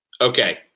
Okay